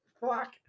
fuck